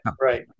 right